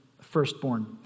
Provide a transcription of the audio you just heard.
firstborn